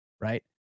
Right